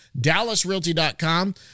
dallasrealty.com